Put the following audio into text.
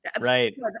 right